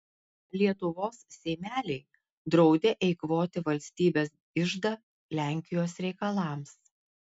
lietuvos seimeliai draudė eikvoti valstybės iždą lenkijos reikalams